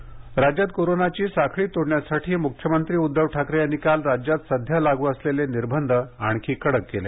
कडक निर्बंध राज्यात कोरोनाची साखली तोडण्यासाठी मुख्यमंत्री उद्धव ठाकरे यांनी काल राज्यात सध्या लागू असलेले निर्बंध आणखी कडक केले